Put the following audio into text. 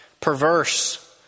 perverse